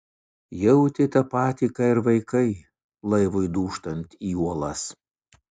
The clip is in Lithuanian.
jautė tą patį ką ir vaikai laivui dūžtant į uolas